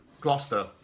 Gloucester